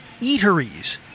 eateries